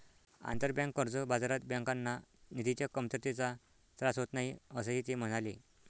आंतरबँक कर्ज बाजारात बँकांना निधीच्या कमतरतेचा त्रास होत नाही, असेही ते म्हणाले